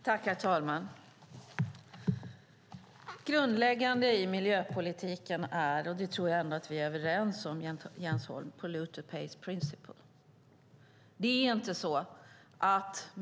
Herr talman! Grundläggande i miljöpolitiken är - och det tror jag ändå att vi är överens om, Jens Holm - polluter pays principle.